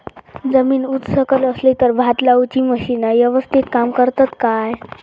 जमीन उच सकल असली तर भात लाऊची मशीना यवस्तीत काम करतत काय?